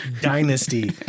dynasty